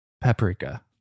Paprika